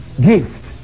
gift